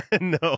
no